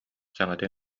саҥата